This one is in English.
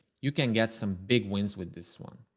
you can get some big wins with this one.